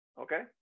okay